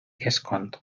keskkond